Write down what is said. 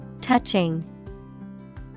Touching